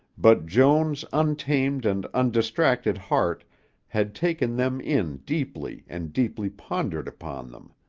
but joan's untamed and undistracted heart had taken them in deeply and deeply pondered upon them.